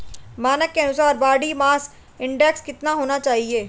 मानक के अनुसार बॉडी मास इंडेक्स कितना होना चाहिए?